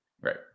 Right